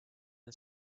the